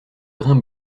grains